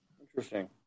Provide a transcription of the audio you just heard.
Interesting